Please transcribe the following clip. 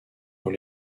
dans